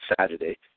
Saturday